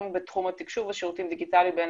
בתחום התקשוב והשירותים הדיגיטליים בין